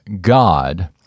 God